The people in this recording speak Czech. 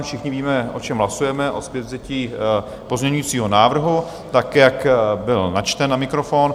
Všichni víme, o čem hlasujeme, o zpětvzetí pozměňovacího návrhu tak, jak byl načten na mikrofon.